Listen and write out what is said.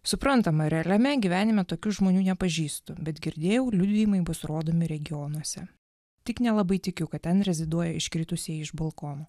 suprantamą realiame gyvenime tokių žmonių nepažįstu bet girdėjau liudijimai bus rodomi regionuose tik nelabai tikiu kad ten reziduoja iškritusieji iš balkonų